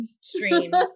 streams